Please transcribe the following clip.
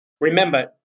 Remember